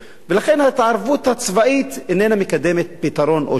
לכן ההתערבות הצבאית אינה מקדמת פתרון או שינוי.